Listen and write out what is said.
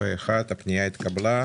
הצבעה אושרה הפנייה אושרה פה אחד.